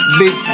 big